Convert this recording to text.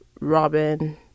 Robin